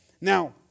Now